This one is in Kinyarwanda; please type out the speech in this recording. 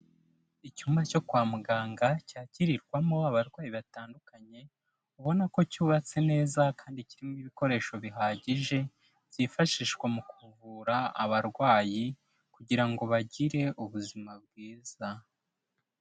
Icyumba cyo kwa muganga cyakirirwamo abarwayi batandukanye, ubona ko cyubatse neza kandi kirimo ibikoresho bihagije, byifashishwa mu kuvura abarwayi kugira ngo bagire ubuzima bwiza.